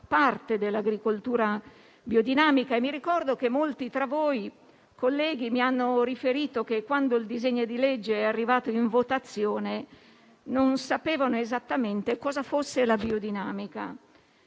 parte dell'agricoltura biodinamica e mi ricordo che molti tra voi colleghi mi hanno riferito che quando il disegno di legge è arrivato in votazione non sapevano esattamente cosa fosse la biodinamica